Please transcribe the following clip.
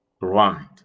right